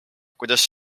kuidas